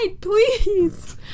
please